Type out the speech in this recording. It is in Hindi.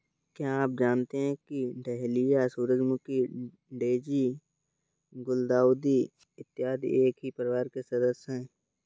क्या आप जानते हैं कि डहेलिया, सूरजमुखी, डेजी, गुलदाउदी इत्यादि एक ही परिवार के सदस्य हैं